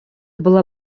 была